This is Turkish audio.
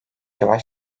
yavaş